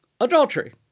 adultery